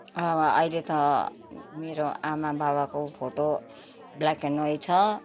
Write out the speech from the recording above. अहिले त मेरो आमाबाबाको फोटो ब्ल्याक एन्ड ह्वाइट छ